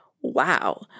wow